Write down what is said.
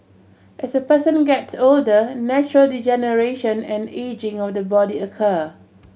as a person gets older natural degeneration and ageing of the body occur